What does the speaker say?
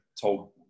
told